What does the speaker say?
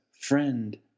friend